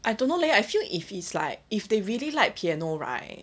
I don't know leh I feel if it's like if they really like piano right